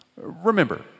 Remember